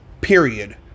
Period